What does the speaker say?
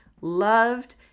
loved